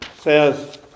says